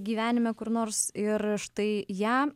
gyvenime kur nors ir štai ją